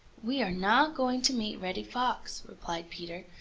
we are not going to meet reddy fox, replied peter,